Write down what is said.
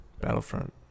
Battlefront